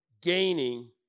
gaining